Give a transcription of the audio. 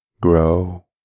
grow